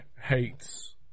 hates